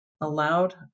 allowed